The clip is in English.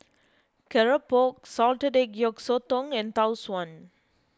Keropok Salted Egg Yolk Sotong and Tau Suan